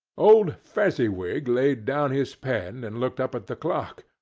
old fezziwig laid down his pen, and looked up at the clock,